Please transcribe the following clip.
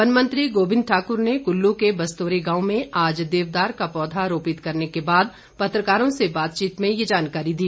वनमंत्री गोविंद ठाकुर ने कुल्लू के बस्तोरी गांव में आज देवदार का पौधा रोपित करने के बाद पत्रकारों से बातचीत में ये जानकारी दी